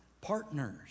partners